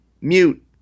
Mute